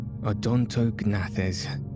Odontognathes